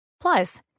Plus